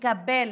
יוכלו לקבל